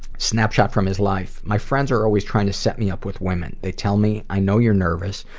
snapshot from his life. my friends are always trying to set me up with women. they tell me, i know you're nervous,